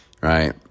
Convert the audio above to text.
Right